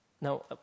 Now